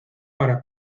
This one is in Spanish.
para